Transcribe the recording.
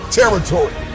territory